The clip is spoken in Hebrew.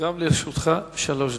גם לרשותך שלוש דקות.